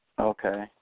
Okay